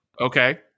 Okay